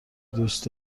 دوست